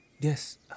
Yes